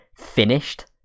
finished